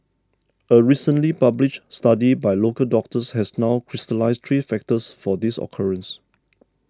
a recently published study by local doctors has now crystallised three factors for this occurrence